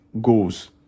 goals